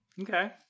Okay